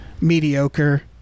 mediocre